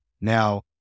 Now